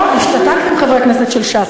או, השתתקתם, חברי הכנסת של ש"ס.